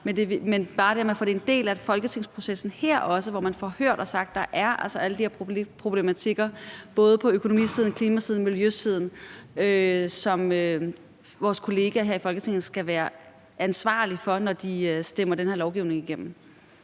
er bare for at få det som en del af processen i Folketinget, hvor man får hørt det og sagt, at der altså er alle de her problematikker både på økonomisiden, klimasiden og miljøsiden, som vores kolleger her i Folketinget skal være ansvarlige for, når de stemmer den her lovgivning igennem.